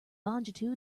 longitude